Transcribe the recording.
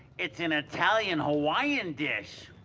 it's an italian-hawaiian dish.